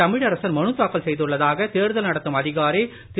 தமிழரசன் மனு தாக்கல் செய்துள்ளதாக தேர்தல் நடத்தும் அதிகாரி திரு